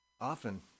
often